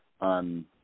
on